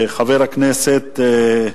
חבר הכנסת השיח'